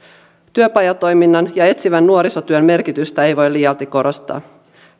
työpajatoiminnan ja etsivän nuorisotyön merkitystä ei voi liialti korostaa